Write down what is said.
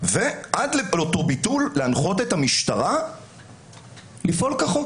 עד לאותו ביטול, להנחות את המשטרה לפעול כחוק,